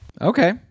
Okay